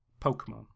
Pokemon